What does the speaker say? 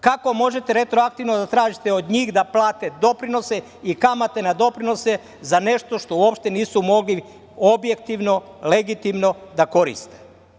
Kako možete retroaktivno da tražite od njih da plate doprinose i kamate na doprinose za nešto što uopšte nisu mogli objektivno, legitimno da koriste?